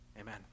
Amen